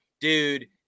dude